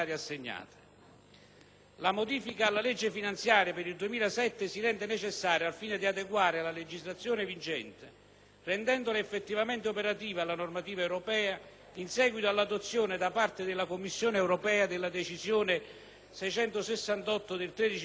La modifica alla legge finanziaria per il 2007 si rende necessaria al fine di adeguare la legislazione vigente, rendendola effettivamente operativa, alla normativa europea, in seguito all'adozione, da parte della Commissione europea, della decisione C(2008) 668 del 13 febbraio 2008,